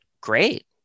great